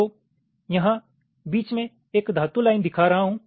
तो यहाँ मैं बीच में एक धातु लाइन दिखा रहा हूँ